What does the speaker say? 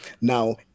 Now